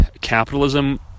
Capitalism